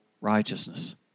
righteousness